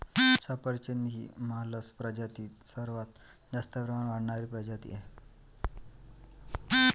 सफरचंद ही मालस प्रजातीतील सर्वात जास्त प्रमाणात वाढणारी प्रजाती आहे